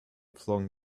flung